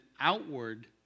outward